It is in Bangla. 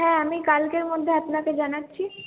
হ্যাঁ আমি কালকের মধ্যে আপনাকে জানাচ্ছি